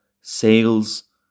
sales